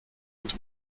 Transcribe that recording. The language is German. und